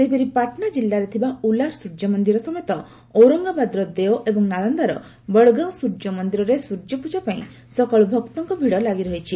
ସେହିପରି ପାଟନା ଜିଲ୍ଲାରେ ଥିବା ଉଲାର ସ୍ୱର୍ଯ୍ୟ ମନ୍ଦିର ସମେତ ଔରଙ୍ଗାବାଦର ଦେଓ ଏବଂ ନାଳନ୍ଦାର ବଡ଼ଗାଓଁ ସ୍ୱର୍ଯ୍ୟ ମନ୍ଦିରରେ ସ୍ୱର୍ଯ୍ୟ ପ୍ରଜା ପାଇଁ ସକାଳୁ ଭକ୍ତଙ୍କ ଭିଡ଼ ଲାଗି ରହିଛି